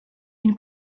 une